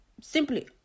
Simply